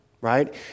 right